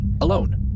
Alone